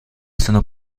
sono